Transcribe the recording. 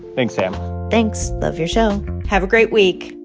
thanks, sam thanks. love your show have a great week.